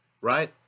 right